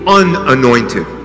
unanointed